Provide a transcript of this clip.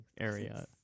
area